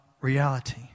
reality